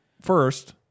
first